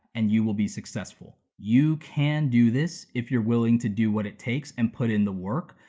and you will be successful. you can do this if you're willing to do what it takes and put in the work.